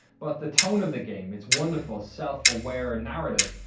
but the tone of the game, it's wonderful self-aware and narrative,